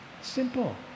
simple